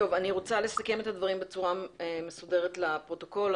אני רוצה לסכם את הדברים בצורה מסודרת לפרוטוקול.